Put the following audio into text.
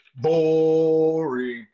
boring